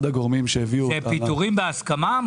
זה פיטורים בהסכמה?